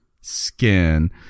skin